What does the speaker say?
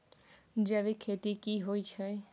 जैविक खेती की होए छै?